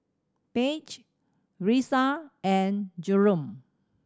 Page Risa and Jerome